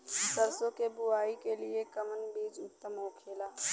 सरसो के बुआई के लिए कवन बिज उत्तम होखेला?